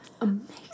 Amazing